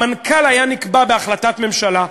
המנכ"ל היה נקבע בהחלטת ממשלה.